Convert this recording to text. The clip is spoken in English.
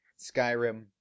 Skyrim